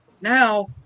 Now